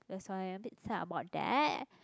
that's why I a bit sad about that